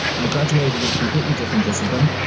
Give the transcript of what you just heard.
i graduated with a completely different discipline.